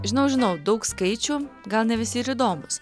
žinau žinau daug skaičių gal ne visi ir įdomūs